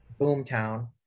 Boomtown